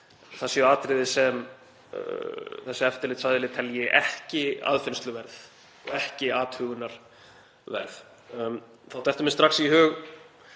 það séu atriði sem þessi eftirlitsaðili telji ekki aðfinnsluverð og ekki athugunarverð. Þá dettur mér strax í hug